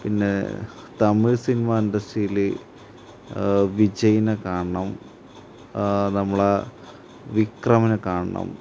പിന്നെ തമിഴ് സിനിമ ഇൻഡസ്ട്രിയൽ വിജയനെ കാണണം നമ്മളുടെ വിക്രമിനെ കാണണം